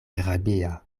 rabia